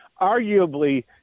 arguably